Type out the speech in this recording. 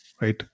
right